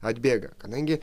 atbėga kadangi